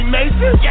Mason